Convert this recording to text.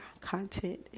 content